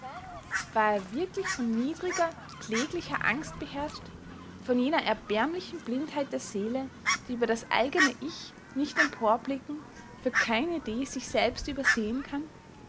war er wirklich von niedriger kläglicher angst beherrscht von jener erbärmlichen blindheit der seele die über das eigene ich nicht emporblicken für keine idee sich selbst übersehen kann